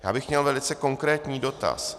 Já bych měl velice konkrétní dotaz.